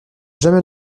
jamais